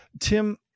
Tim